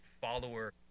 follower